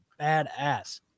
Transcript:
badass